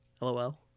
Lol